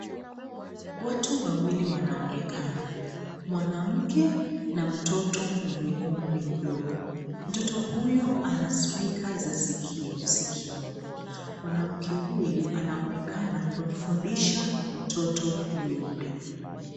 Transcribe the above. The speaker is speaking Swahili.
Watu wawili wanaonekana. Mwanamke na mtoto mwenye umri mdogo. Mtoto huyo ana spika za sikio sikioni. Mwanamke huyu anaonekana kumfundisha mtoto yule.